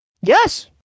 yes